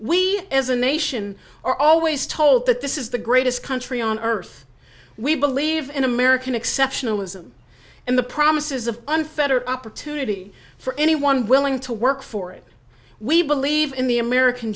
we as a nation are always told that this is the greatest country on earth we believe in american exceptionalism and the promises of unfettered opportunity for anyone willing to work for it we believe in the american